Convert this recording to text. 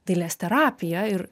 dailės terapija ir